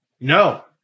No